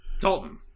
Dalton